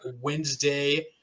Wednesday